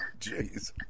Jeez